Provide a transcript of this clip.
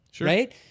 right